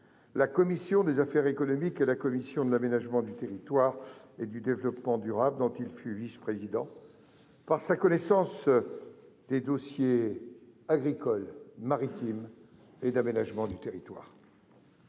la commission des affaires économiques et la commission de l'aménagement du territoire et du développement durable, dont il fut vice-président, par sa connaissance des dossiers agricoles, maritimes et d'aménagement du territoire.